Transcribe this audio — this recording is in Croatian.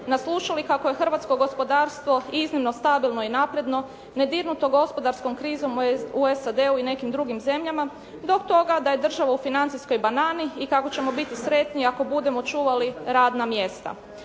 naslušali kako je hrvatsko gospodarstvo iznimno stabilno i napredno nedirnuto gospodarskom krizom u SAD-u i nekim drugim zemljama do toga da je država u financijskoj banani i kako ćemo biti sretni ako budemo čuvali radna mjesta.